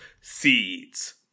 Seeds